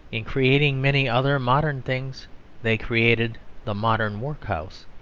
in creating many other modern things they created the modern workhouse,